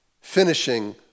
finishing